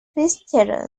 fitzgerald